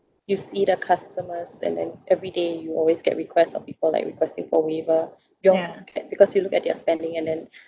you see the customers and then everyday you always get request of people like requesting for waiver yours because you look at your spending and then